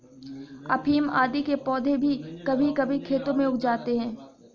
अफीम आदि के पौधे भी कभी कभी खेतों में उग जाते हैं